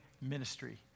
ministry